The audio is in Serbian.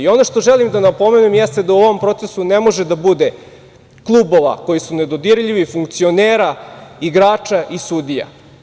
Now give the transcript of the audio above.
Ono što želim da napomenem jeste da u ovom procesu ne može da bude klubova koji su nedodirljivi, funkcionera, igrača i sudija.